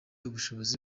ubushobozi